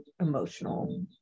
emotional